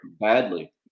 badly